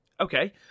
Okay